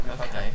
Okay